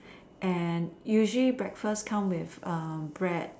and usually breakfast comes with um bread